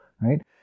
right